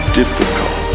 difficult